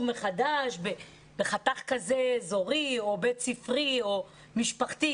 מחדש בחתך אזורי או בית ספרי או משפחתי,